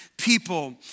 people